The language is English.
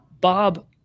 Bob